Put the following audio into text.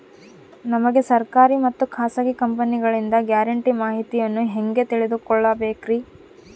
ನಮಗೆ ಸರ್ಕಾರಿ ಮತ್ತು ಖಾಸಗಿ ಕಂಪನಿಗಳಿಂದ ಗ್ಯಾರಂಟಿ ಮಾಹಿತಿಯನ್ನು ಹೆಂಗೆ ತಿಳಿದುಕೊಳ್ಳಬೇಕ್ರಿ?